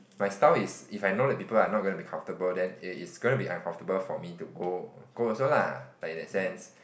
my style is if I know the people are not going to be comfortable then it's it's going to be uncomfortable for me to go go also lah like in that sense